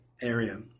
area